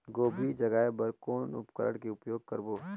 गोभी जगाय बर कौन उपकरण के उपयोग करबो?